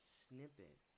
snippet